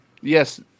yes